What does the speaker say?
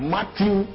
Matthew